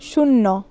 শূন্য